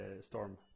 Storm